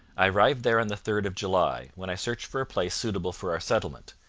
i arrived there on the third of july, when i searched for a place suitable for our settlement,